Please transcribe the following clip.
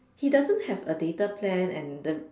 he doesn't have a data plan and the